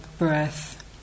breath